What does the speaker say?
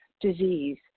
disease